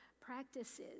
practices